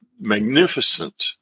magnificent